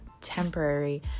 temporary